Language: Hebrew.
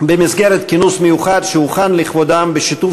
במסגרת כינוס מיוחד שהוכן לכבודם בשיתוף